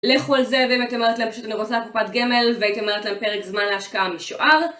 לכו על זה, ואם הייתי אומרת להם פשוט אני רוצה קופת גמל והייתי אומרת להם פרק זמן להשקעה משוער